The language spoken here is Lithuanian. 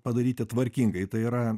padaryti tvarkingai tai yra